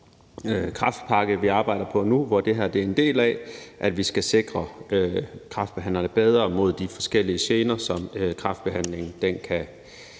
kræftpakke, vi arbejder på nu, og som det her er en del af, at vi skal sikre de kræftsyge bedre mod de forskellige scenarier, som kræftbehandlingen kan